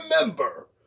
remember